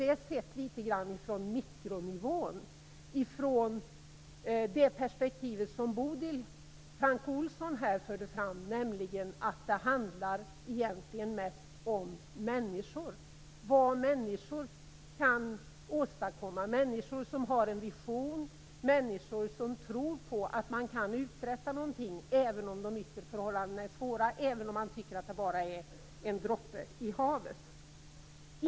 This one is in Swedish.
Det är sett litet grand från mikronivån, från det perspektiv som Bodil Francke Ohlsson här förde fram, nämligen att det egentligen handlar mest om människor, vad människor kan åstadkomma om de har en vision och tror på att man kan uträtta någonting även om de yttre förhållandena är svåra, även om man tycker att det är bara en droppe i havet.